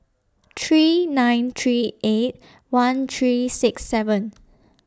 three nine three eight one three six seven